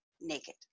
naked